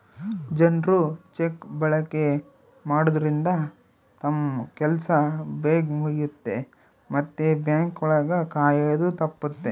ಜನ್ರು ಚೆಕ್ ಬಳಕೆ ಮಾಡೋದ್ರಿಂದ ತಮ್ ಕೆಲ್ಸ ಬೇಗ್ ಮುಗಿಯುತ್ತೆ ಮತ್ತೆ ಬ್ಯಾಂಕ್ ಒಳಗ ಕಾಯೋದು ತಪ್ಪುತ್ತೆ